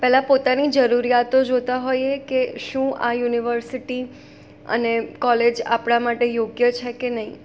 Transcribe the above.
પહેલાં પોતાની જરૂરિયાતો જોતા હોઈએ કે શું આ યુનિવર્સિટી અને કોલેજ આપણાં માટે યોગ્ય છે કે નહીં